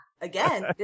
Again